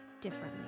differently